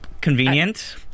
Convenient